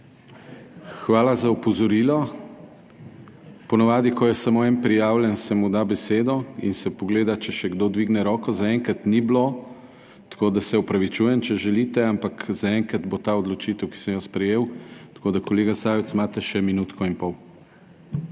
Hvala za opozorilo. Po navadi, ko je samo en prijavljen, se mu da besedo in se pogleda, če še kdo dvigne roko. Zaenkrat ni bilo, tako da se opravičujem, če želite, ampak zaenkrat bo ta odločitev, ki sem jo sprejel, tako da, kolega Sajovic, imate še minutko in pol.